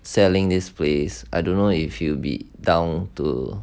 selling this place I don't know if you'd be down to